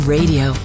Radio